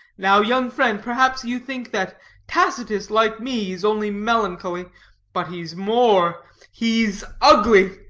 now, young friend, perhaps you think that tacitus, like me, is only melancholy but he's more he's ugly.